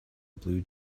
blue